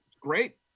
Great